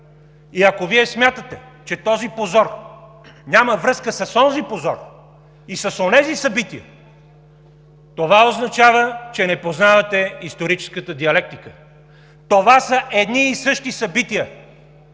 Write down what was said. И ако Вие смятате, че този позор няма връзка с онзи позор и с онези събития, това означава, че не познавате историческата диалектика. Това са едни и същи събития.